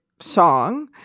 Song